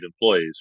employees